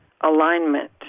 alignment